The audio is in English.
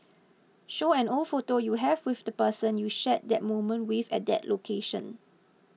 show an old photo you have with the person you shared that moment with at that location